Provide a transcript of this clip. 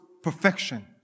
perfection